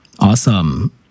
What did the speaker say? awesome